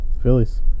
Phillies